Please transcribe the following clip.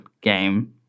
game